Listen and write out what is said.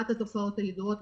אחת התופעות הידועות,